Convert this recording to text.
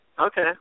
Okay